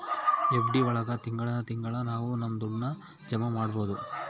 FD ಒಳಗ ತಿಂಗಳ ತಿಂಗಳಾ ನಾವು ನಮ್ ದುಡ್ಡನ್ನ ಜಮ ಮಾಡ್ಬೋದು